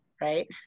right